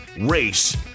race